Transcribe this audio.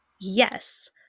Yes